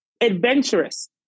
adventurous